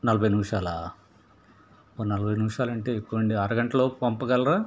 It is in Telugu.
నలభై నిమిషాలా ఒక నలభై నిమిషాలంటే ఎక్కువండి అరగంటలోపు పంపగలరా